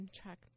track